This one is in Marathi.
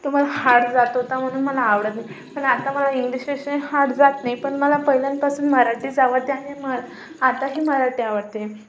तो मला हार्ड जात होता म्हणून मला आवडत नी पण आता मला इंग्लिश विषय हार्ड जात णाही पण मला पहिल्यापासून मराठीच आवडते आणि म आताही मराठी आवडते